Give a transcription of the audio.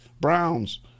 browns